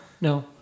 No